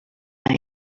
time